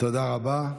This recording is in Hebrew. תודה רבה.